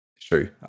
true